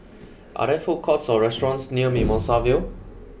are there food courts or restaurants near Mimosa Vale